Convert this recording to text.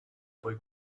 poi